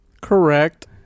Correct